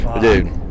dude